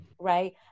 Right